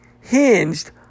hinged